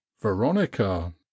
Veronica